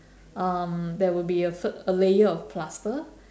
um there would be a f~ a layer of plaster